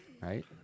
Right